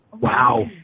Wow